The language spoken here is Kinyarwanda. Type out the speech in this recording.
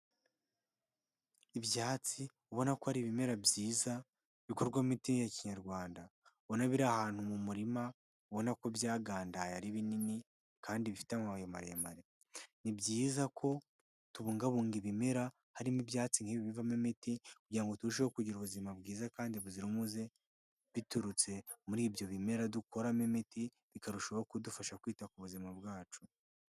Ibyatsi ubona ko ari ibimera byiza bikorwamo imiti ya kinyarwanda, ubona biri ahantu mu murima, ubona ko byagandaye ari binini kandi bifite amababi maremare, ni byiza ko tubungabunga ibimera harimo ibyatsi nk'ibi bivamo imiti kugira ngo turusheho kugira ubuzima bwiza kandi buzira umuze biturutse muri ibyo bimera dukoramo imiti bikarushaho kudufasha kwita ku buzima bwacu.